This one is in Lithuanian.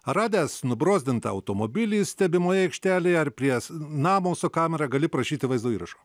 radęs nubrozdintą automobilį stebimoje aikštelėje ar pries namo su kamera gali prašyti vaizdo įrašo